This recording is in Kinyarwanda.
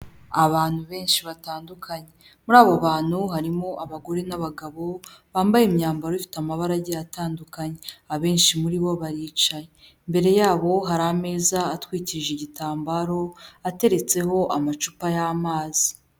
Abantu benshi batandukanye, muri abo bantu harimo abagore n'abagabo bambaye imyambaro ifite amabara agiye atandukanye, abenshi muri bo baricaye. Imbere yabo hari ameza atwikirije igitambaro ateretseho amacupa y'amazi.